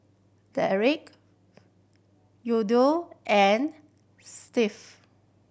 Derek Yandel and